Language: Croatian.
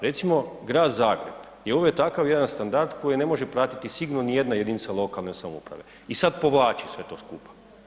Recimo, Grad Zagreb je uveo takav jedan standard koji ne može pratiti sigurno nijedna jedinica lokalne samouprave i sad povlači sve to skupa.